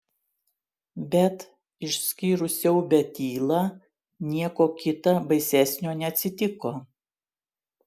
bet išskyrus siaubią tylą nieko kita baisesnio neatsitiko